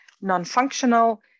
non-functional